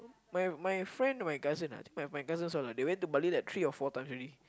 my my friend my cousin ah I think I think my cousin also lah I think they went to Bali like three or four times already